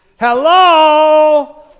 Hello